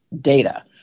data